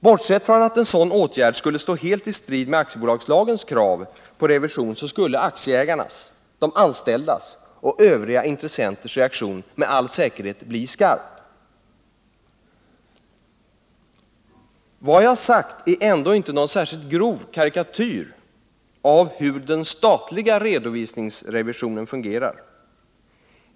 Bortsett från att en sådan åtgärd skulle stå helt i strid med aktiebolagslagens krav på revision så skulle aktieägarnas, de anställdas och andra intressenters reaktion med all säkerhet bli skarp. Vad jag sagt är ändå inte någon särskilt grov karikatyr av hur den statliga redovisningsrevisionen fungerar.